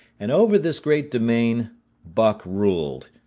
and over this great demesne buck ruled.